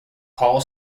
hall